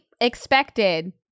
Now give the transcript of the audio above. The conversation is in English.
expected